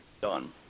done